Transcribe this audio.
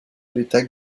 l’état